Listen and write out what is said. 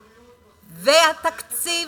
והתקציב,